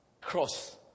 cross